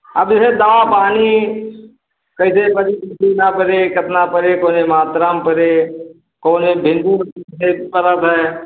अब जैसे दवा पानी कैसे पड़े कितना पड़े कोने मात्रा मे पड़े कौन भिंडी मे पड़ता है